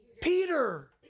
Peter